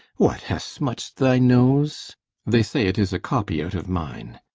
what! hast smutch'd thy nose they say it is a copy out of mine.